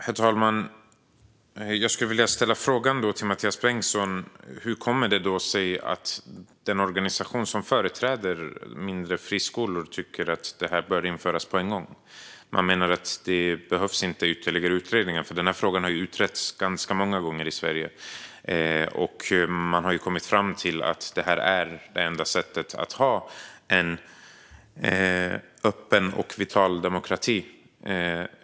Herr talman! Hur kommer det sig då, Mathias Bengtsson, att den organisation som företräder mindre friskolor tycker att detta bör införas på en gång? De menar att det inte behövs ytterligare utredningar. Frågan har ju utretts ganska många gånger i Sverige, och man har kommit fram till att detta är enda sättet att ha en öppen och vital demokrati.